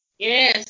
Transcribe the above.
Yes